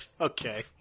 Okay